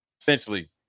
Essentially